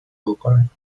بکنم